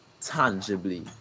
tangibly